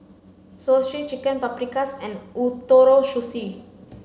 Zosui Chicken Paprikas and Ootoro Sushi